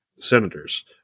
senators